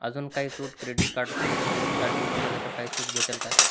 अजून का सूट क्रेडिट कार्ड समजा क्रेडिट कार्ड यूज केलं तर काय सूट भेटेल का